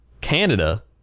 Canada